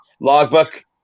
logbook